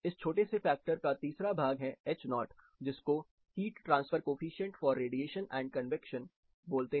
इस छोटे से फैक्टर का तीसरा भाग है ho जिसको heat transfer coefficient for radiation and convection बोलते हैं